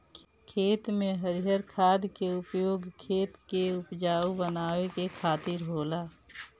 खेत में हरिर खाद के उपयोग खेत के उपजाऊ बनावे के खातिर होला